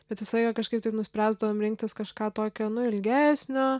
bet visą laiką kažkaip taip nuspręsdavome rinktis kažką tokio nu ilgesnio